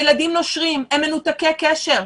הילדים נושרים הם מנותקי קשר,